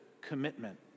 commitment